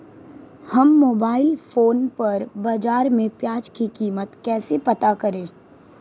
हम mobile phone पर बाज़ार में प्याज़ की कीमत कैसे पता करें?